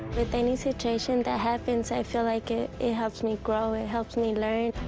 with any situation that happens i feel like it it helps me grow, it helps me learn.